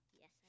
Yes